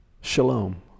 Shalom